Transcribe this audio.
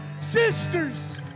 sisters